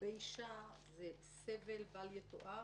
לגבי אישה - זה סבל בל יתואר,